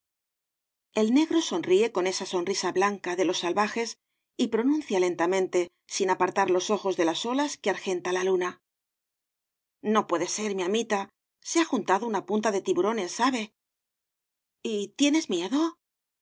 el negro sonríe con esa sonrisa blanca de los salvajes y pronuncia lentamente sin apartar los ojos de las olas que argenta la luna no puede ser mi amita se ha juntado una punta de tiburones sabe y tienes miedo